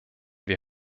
wir